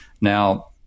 Now